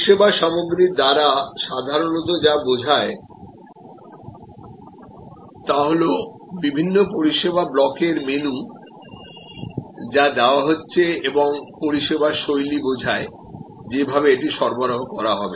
পরিষেবা সামগ্রীর দ্বারা সাধারণত যা বোঝায় তা হল বিভিন্ন পরিষেবা ব্লকের মেনু যা দেওয়া হচ্ছে এবং পরিষেবা শৈলী বোঝায় যে ভাবে এটি সরবরাহ করা হবে